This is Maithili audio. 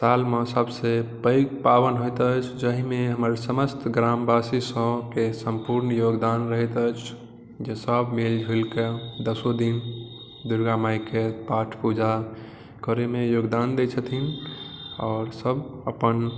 सालमे सबसँ पैघ पावनि होइत अछि जाहिमे हमर समस्त ग्रामवासी सबके सम्पूर्ण योगदान रहैत अछि जे सब मिल जुलि कऽ दसो दिन दुर्गा मायके पाठ पूजा करैमे योगदान दै छथिन आओर सब अपन